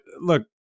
look